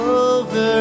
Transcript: over